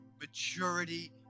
maturity